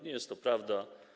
Nie jest to prawda.